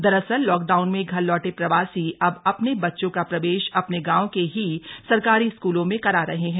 दरअसल लॉकडाउन में घर लौट प्रवासी अब अपने बच्चों का प्रवेश अपने गांवों के ही सरकारी स्कूलों में करा रहे हैं